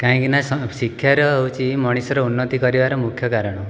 କାହିଁକି ନା ଶିକ୍ଷାର ହେଉଛି ମଣିଷର ଉନ୍ନତି କରିବାର ମୁଖ୍ୟ କାରଣ